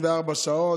והשלישית,